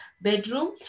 bedroom